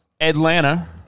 Atlanta